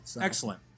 excellent